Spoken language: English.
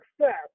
success